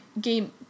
game